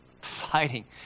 fighting